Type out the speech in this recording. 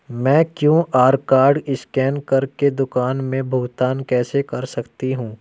मैं QR code scan कर के दुकान में भुगतान कैसे कर सकती हूँ?